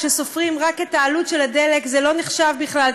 כשסופרים רק את העלות של הדלק זה לא נחשב בכלל,